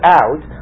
out